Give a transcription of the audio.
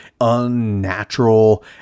unnatural